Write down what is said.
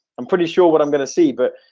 i'm pretty sure what i'm going to see but